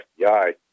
FBI